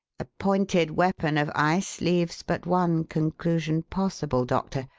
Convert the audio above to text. a pointed weapon of ice leaves but one conclusion possible, doctor.